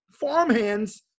farmhands